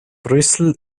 brüssel